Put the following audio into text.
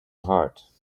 heart